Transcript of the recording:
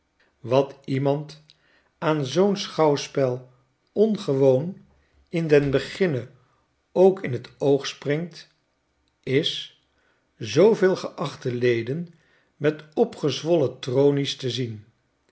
wat iemand aan zoo'n schouwspel ongewoon in den beginne ook in t oog springt is zooveel geachte leden met opgezwollen tronies te zien